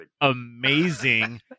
amazing